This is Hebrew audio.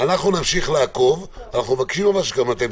אנחנו נמשיך לעקוב ואנחנו מבקשים שגם אתם